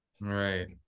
Right